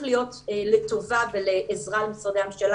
להיות לטובה ולעזרה למשרדי הממשלה.